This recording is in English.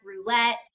roulette